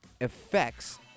affects